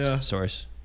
source